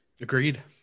Agreed